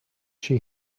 she